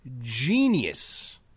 genius